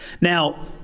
Now